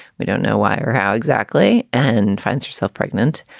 we don't know why or how exactly and finds herself pregnant,